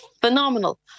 phenomenal